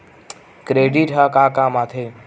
Credit ह का काम आथे?